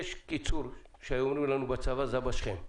יש קיצור שהיו אומרים לנו בצבא, זבש"כם.